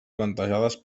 plantejades